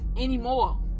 anymore